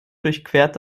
durchquert